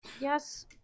Yes